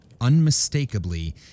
Unmistakably